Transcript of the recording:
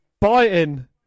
biting